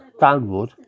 downward